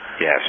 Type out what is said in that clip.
Yes